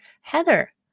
Heather